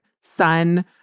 sun